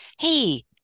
hey